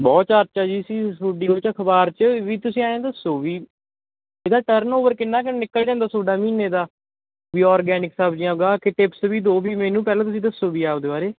ਬਹੁਤ ਚਰਚਾ ਜੀ ਸੀ ਤੁਹਾਡੀ ਉਹ 'ਚ ਅਖਬਾਰ 'ਚ ਵੀ ਤੁਸੀਂ ਐਂ ਦੱਸੋ ਵੀ ਇਹਦਾ ਟਰਨਓਵਰ ਕਿੰਨਾ ਕੁ ਨਿਕਲ ਜਾਂਦਾ ਤੁਹਾਡਾ ਮਹੀਨੇ ਦਾ ਵੀ ਔਰਗੈਨਿਕ ਸਬਜ਼ੀਆਂ ਉਗਾ ਕੇ ਟਿਪਸ ਵੀ ਦਿਓ ਵੀ ਮੈਨੂੰ ਪਹਿਲਾਂ ਤੁਸੀਂ ਦੱਸੋ ਵੀ ਆਪਦੇ ਬਾਰੇ